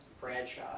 Bradshaw